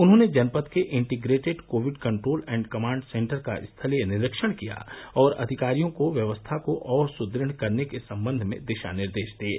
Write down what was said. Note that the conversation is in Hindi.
उन्होंने जनपद के integrated covid control and command centre का स्थलीय निरीक्षण किया और अधिकारियों को व्यवस्था को और सुदृढ़ करने के सम्बन्ध में दिशा निर्देश दिये